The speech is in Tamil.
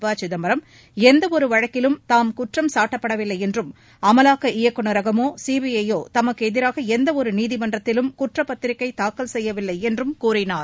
பசிதம்பரம் எந்தவொரு வழக்கிலும் தாம் குற்றம் சாட்டப்படவில்லை என்றும் அமலாக்க இயக்குனரகமோ சிபிஐயோ தமக்கு எதிராக எந்தவொரு நீதிமன்றத்திலும் குற்றப்பத்திரிக்கை தாக்கல் செய்யவில்லை என்றும் கூறினார்